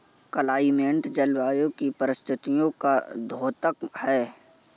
climate जलवायु की परिस्थितियों का द्योतक है